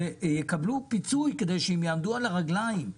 שיקבלו פיצוי כדי שיעמדו על הרגליים.